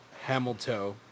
Hamilton